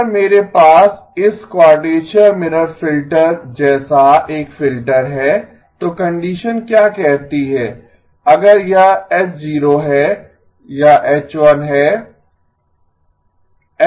अगर मेरे पास इस क्वाडरेचर मिरर फिल्टर जैसा एक फिल्टर है तो कंडीशन क्या कहती है अगर यह H0 है यह H1 है